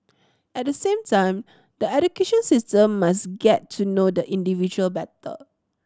at the same time the education system must get to know the individual better